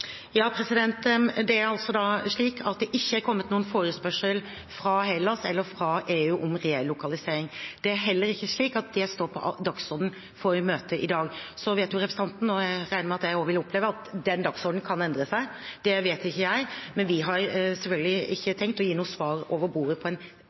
Det er ikke kommet noen forespørsel fra Hellas eller EU om relokalisering. Det er heller ikke slik at det står på dagsordenen for møtet i dag. Så vet jo representanten, og jeg regner med at jeg også vil oppleve det, at den dagsordenen kan endre seg. Det vet jeg ikke. Men vi har selvfølgelig ikke tenkt å gi noe svar over bordet på en